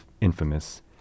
infamous